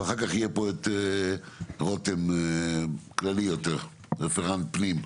ואחר כך יהיה את רותם רכז פנים.